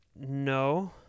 No